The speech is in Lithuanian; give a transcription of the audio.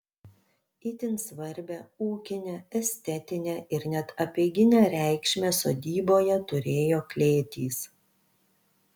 itin svarbią ūkinę estetinę ir net apeiginę reikšmę sodyboje turėjo klėtys